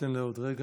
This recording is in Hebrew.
ניתן לה עוד רגע.